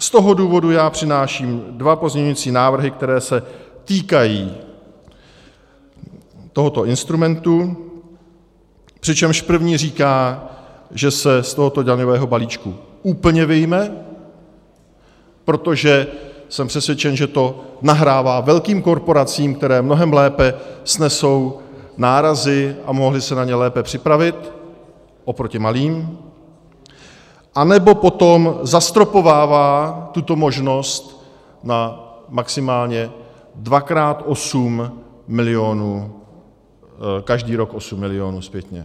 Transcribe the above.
Z toho důvodu já přináším dva pozměňující návrhy, které se týkají tohoto instrumentu, přičemž první říká, že se z toho daňového balíčku úplně vyjme, protože jsem přesvědčen, že to nahrává velkým korporacím, které mnohem lépe snesou nárazy a mohly se na ně lépe připravit oproti malým, anebo potom zastropovává tuto možnost na maximálně dva krát 8 milionů, každý rok 8 milionů zpětně.